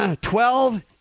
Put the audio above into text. Twelve